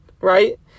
right